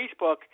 Facebook